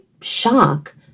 shock